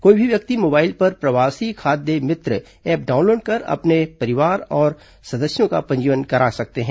कोई भी व्यक्ति मोबाइल पर प्रवासी खाद्य मित्र ऐप डाउनलोड कर अपने और परिवार के सदस्यों का पंजीयन करा सकते हैं